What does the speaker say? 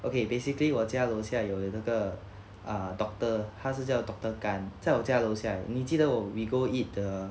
okay basically 我家楼下有的那个 err doctor 他是叫 doctor gan 在我家楼下而已你记得我 we go eat the